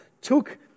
took